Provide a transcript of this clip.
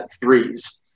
threes